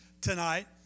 tonight